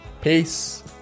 peace